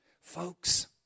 Folks